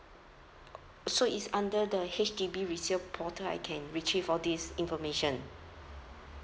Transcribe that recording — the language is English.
so it's under the H_D_B resale portal I can retrieve all this information